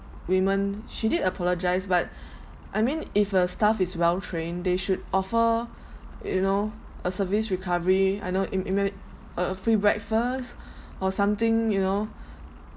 women she did apologise but I mean if a staff is well trained they should offer you know a service recovery I know in in mayb~ a free breakfast or something you know